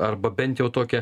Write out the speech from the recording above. arba bent jau tokią